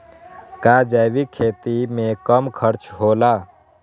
का जैविक खेती में कम खर्च होला?